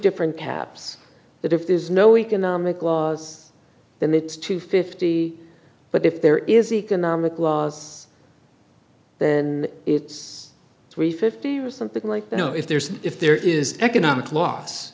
different caps that if there's no economic laws then it's two fifty but if there is economic loss then it's three fifty or something like that no if there's if there is economic loss